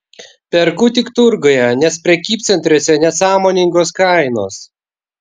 perku tik turguje nes prekybcentriuose nesąmoningos kainos